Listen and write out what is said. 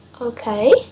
Okay